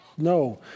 No